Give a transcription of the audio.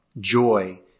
joy